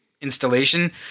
installation